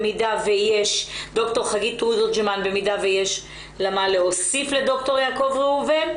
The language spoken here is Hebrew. במידה ויש לה מה להוסיף על ד"ר יעקב ראובן.